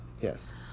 yes